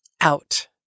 out